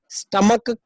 stomach